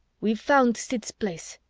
we've found sid's place,